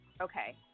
Okay